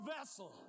vessel